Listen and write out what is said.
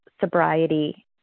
sobriety